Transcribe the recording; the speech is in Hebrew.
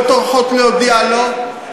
לא טורחות להודיע לו.